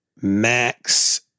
Max